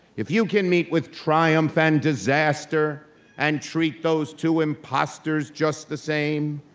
if you can meet with triumph and disaster and treat those two imposters just the same,